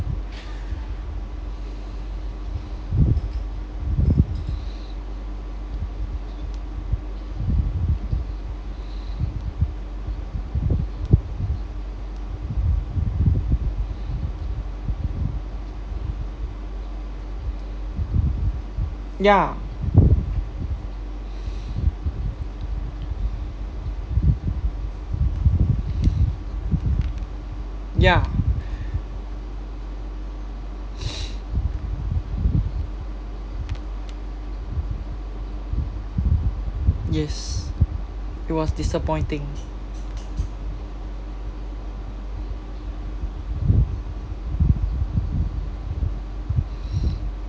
ya ya yes it was disappointing